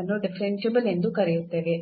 ಅನ್ನು ಡಿಫರೆನ್ಸಿಬಲ್ ಎಂದು ಕರೆಯುತ್ತೇವೆ